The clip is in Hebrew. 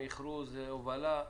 מכרוז הובלה.